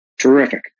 terrific